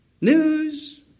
News